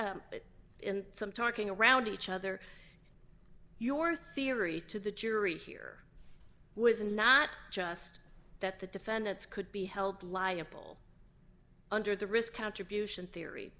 it in some talking around each other your theory to the jury here was not just that the defendants could be held liable under the risk contribution theory